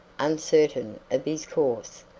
uncertain of his course.